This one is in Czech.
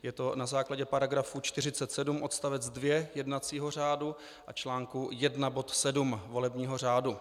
Je to na základě § 47 odst. 2 jednacího řádu a článku 1 bod 7 volebního řádu.